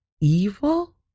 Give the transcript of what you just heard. evil